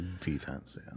defense